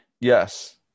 Yes